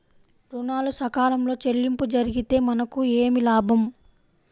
ఋణాలు సకాలంలో చెల్లింపు జరిగితే మనకు ఏమి లాభం?